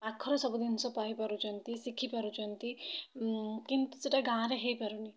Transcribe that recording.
ପାଖରେ ସବୁ ଜିନିଷ ପାଇପାରୁଛନ୍ତି କିନ୍ତୁ ସେଇଟା ଗାଁ'ରେ ହେଇପାରୁନି